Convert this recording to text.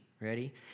Ready